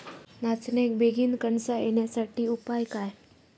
नाचण्याक बेगीन कणसा येण्यासाठी उपाय काय?